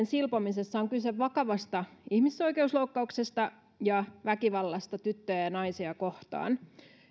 silpomisessa on kyse vakavasta ihmisoikeusloukkauksesta ja väkivallasta tyttöjä ja naisia kohtaan